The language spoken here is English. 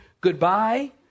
goodbye